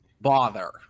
bother